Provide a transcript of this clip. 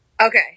Okay